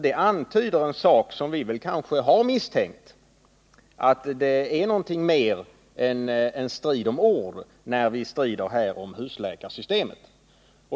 Det antyder något som vi kanske har misstänkt, nämligen att det är någonting mer än en strid om ord när vi strider om husläkarsystemet.